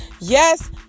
yes